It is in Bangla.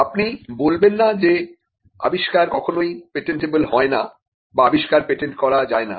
আপনি বলবেন না যে আবিষ্কার কখনোই পেটেন্টেবল হয় না বা আবিষ্কার পেটেন্ট করা যায় না